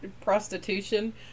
prostitution